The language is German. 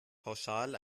pauschal